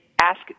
ask